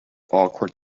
awkward